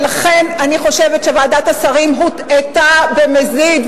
ולכן אני חושבת שוועדת השרים הוטעתה במזיד.